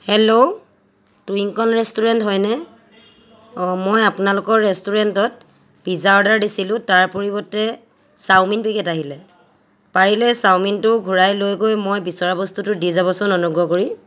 hello Twinkle restaurant হয়নে অ মই আপোনালোকৰ ৰেষ্টুৰেণ্টত পিজ্জা অৰ্ডাৰ দিছিলোঁ তাৰ পৰিৱৰ্তে চাওমিন পেকেট আহিলে পাৰিলে চাওমিনটো ঘূৰাই লৈ গৈ মই বিচৰা বস্তুটো দি যাবচোন অনুগ্ৰহ কৰি